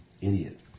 idiot